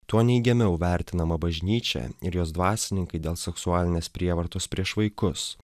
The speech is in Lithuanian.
tuo neigiamiau vertinama bažnyčia ir jos dvasininkai dėl seksualinės prievartos prieš vaikus